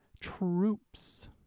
troops